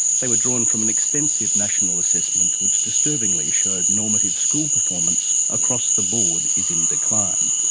they were drawn from an extensive national assessment, which disturbingly showed normative school performance across the board is in decline,